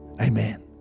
Amen